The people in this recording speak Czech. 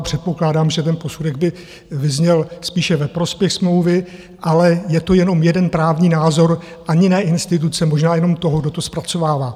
Předpokládám, že ten posudek by vyzněl spíše ve prospěch smlouvy, ale je to jenom jeden právní názor ani ne instituce, možná jenom toho, kdo to zpracovává.